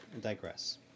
digress